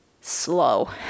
slow